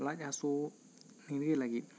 ᱞᱟᱡ ᱦᱟᱹᱥᱩ ᱱᱤᱨᱟᱹᱭ ᱞᱟᱹᱜᱤᱫ